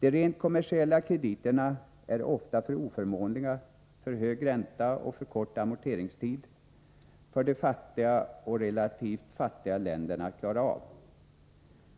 De rent kommersiella krediterna är ofta för oförmånliga — för hög ränta och för kort amorteringstid — för de fattiga och relativt fattiga länderna. Detta